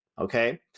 Okay